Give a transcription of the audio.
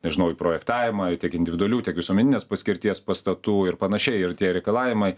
nežinau į projektavimą ir tiek individualių tiek visuomeninės paskirties pastatų ir panašiai ir tie reikalavimai